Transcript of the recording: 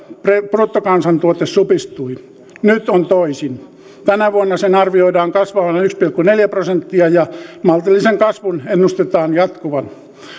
bruttokansantuote supistui nyt on toisin tänä vuonna sen arvioidaan kasvavan yksi pilkku neljä prosenttia ja maltillisen kasvun ennustetaan jatkuvan